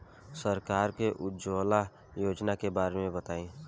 सरकार के उज्जवला योजना के बारे में बताईं?